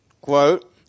quote